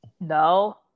no